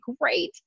great